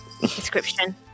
description